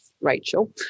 Rachel